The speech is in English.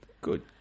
Good